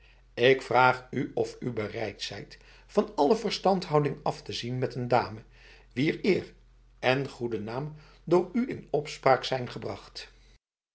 ik vraag u of u bereid zijt van alle verstandhouding af te zien met een dame wier eer en goede naam door u in opspraak zijn gebrachtf